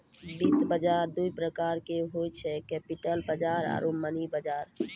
वित्त बजार दु प्रकारो के होय छै, कैपिटल बजार आरु मनी बजार